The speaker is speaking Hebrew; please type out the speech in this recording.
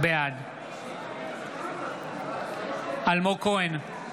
בעד אלמוג כהן,